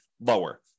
lower